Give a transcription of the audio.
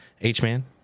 H-Man